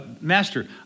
master